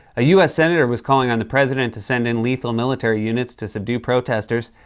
a u s. senator was calling on the president to send in lethal military units to subdue protesters.